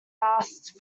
asked